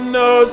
no